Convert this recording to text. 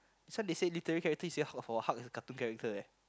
this one they say literary character you say hulk for what hulk is a cartoon character eh